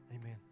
Amen